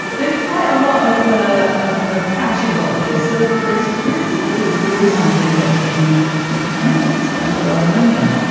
there's quite a lot of ah of cash involved here. so their security is really something that you kind of have to spend a lot of money on.